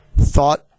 thought